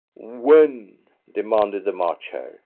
when? demanded the march hare.